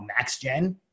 MaxGen